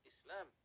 Islam